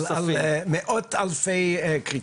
על מאות אלפי כריתות.